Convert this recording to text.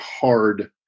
hard